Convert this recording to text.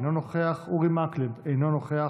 אינו נוכח,